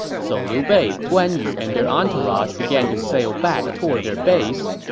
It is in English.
so liu bei, guan yu, and their entourage began to sail back toward their base.